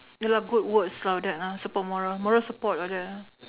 ya lah good words lah all that lah support moral moral support all that lah